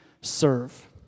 serve